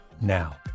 now